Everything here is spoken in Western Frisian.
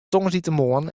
tongersdeitemoarn